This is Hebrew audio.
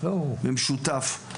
עם שותף.